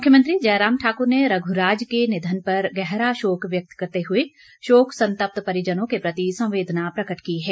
मुख्यमंत्री जयराम ठाकुर ने रघुराज के निधन पर गहरा शोक व्यक्त करते हुए शोक संत्पत परिजनों के प्रति संवेदना प्रकट की है